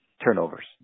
turnovers